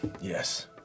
Yes